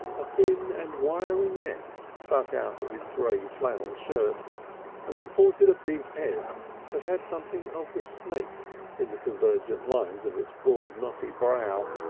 a thin and wiry neck stuck out of his grey flannel shirt and supported a big head that had something of the snake in the convergent lines of its broad knotty brow,